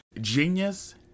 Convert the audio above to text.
Genius